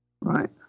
Right